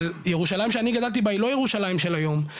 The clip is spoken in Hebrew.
אבל ירושלים שאני גדלתי בה היא לא ירושלים של היום,